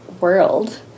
world